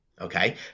Okay